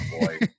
boy